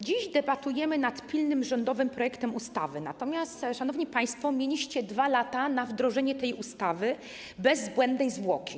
Dziś debatujemy nad pilnym rządowym projektem ustawy, natomiast, szanowni państwo, mieliście 2 lata na wdrożenie tej ustawy bez zbędnej zwłoki.